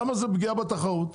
למה זו פגיעה בתחרות?